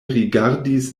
rigardis